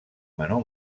menor